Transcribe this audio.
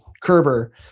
Kerber